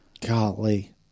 Golly